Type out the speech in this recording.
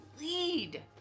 lead